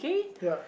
ya